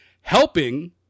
helping